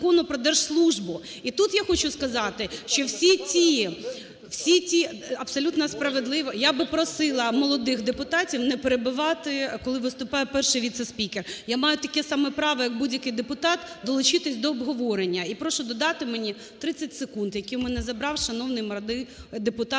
І тут я хочу сказати, що всі ті… абсолютно справедливо… (Шум у залі) Я би просила молодих депутатів не перебивати, коли виступає перший віце-спікер. Я маю таке саме право, як будь-який депутат, долучитись до обговорення. І прошу додати мені, який у мене забрав шановний молодий депутат